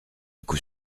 coup